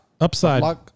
Upside